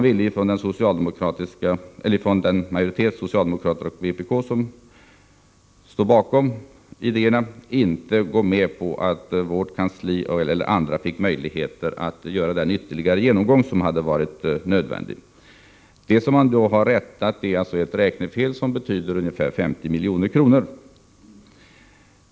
Men majoriteten av socialdemokrater och vpk-are, som står bakom idéerna, ville inte gå med på att vårt kansli eller andra skulle få möjligheter att göra denna ytterligare genomgång, som faktiskt hade varit nödvändig. Det som har rättats till är ett räknefel, som betyder ca 50 milj.kr.